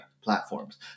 platforms